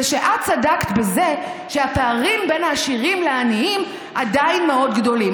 זה שאת צדקת בזה שהפערים בין העשירים לעניים עדיין מאוד גדולים.